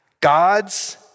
God's